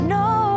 no